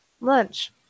lunch